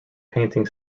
painting